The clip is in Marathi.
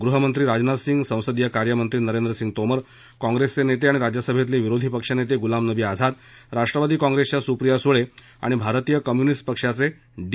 गृहमंत्री राजनाथ सिंग संसदीय कार्यमंत्री नरेंद्र सिंग तोमर काँग्रेस नेते आणि राज्यसभेतले विरोधीपक्षनेते गुलाम नबी आझाद राष्ट्रवादी काँग्रेसच्या सुप्रिया सुळे आणि भारतीय कम्युनिस्ट पक्षाचे डी